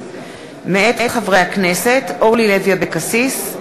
של חברי הכנסת אורלי לוי אבקסיס,